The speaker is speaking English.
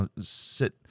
sit